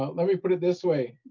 um let me put it this way.